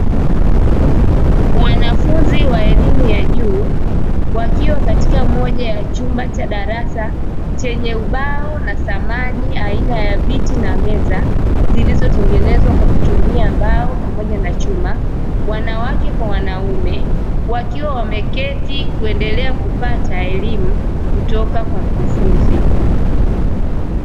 Wanafunzi wa elimu ya juu wakiwa katika moja ya chumba cha darasa chenye ubao na samani aina ya viti na meza vilivyotengenezwa kwa kutumia mbao pamoja na chuma, wanawake kwa wanaume wakiwa wameketi kuendelea kupata elimu kutoka kwa mkufunzi.